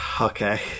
Okay